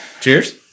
Cheers